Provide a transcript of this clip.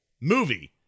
movie